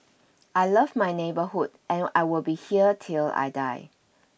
I love my neighbourhood and I will be here till I die